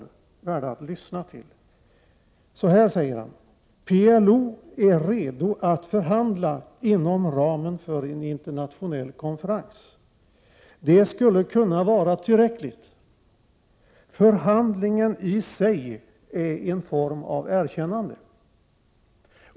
Så här säger han i min översättning: ”PLO är redo att förhandla inom ramen för en internationell konferens. Det skulle kunna vara tillräckligt. Förhandlingen i sig är en form av erkännande.